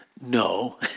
no